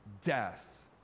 death